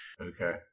Okay